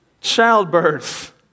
childbirth